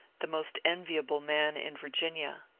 the most enviable man in virginia.